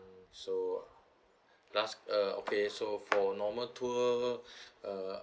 so last uh okay so for normal tour uh